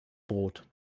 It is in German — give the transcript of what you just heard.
brot